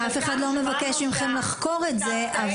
אף אחד לא מבקש מכם לחקור את זה.